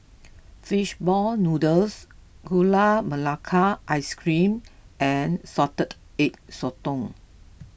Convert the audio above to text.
Fishball Noodles Gula Melaka Ice Cream and Salted Egg Sotong